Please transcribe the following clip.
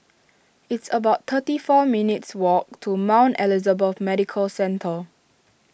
it's about thirty four minutes' walk to Mount Elizabeth Medical Centre